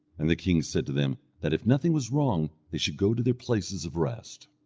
and the king said to them that if nothing was wrong they should go to their places of rest.